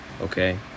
Okay